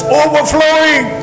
overflowing